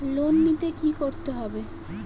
Loan নিতে কী করতে হবে?